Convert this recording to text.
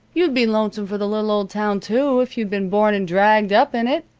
you'd be lonesome for the little old town, too, if you'd been born and dragged up in it,